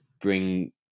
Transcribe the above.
bring